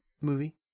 movie